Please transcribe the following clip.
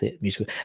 musical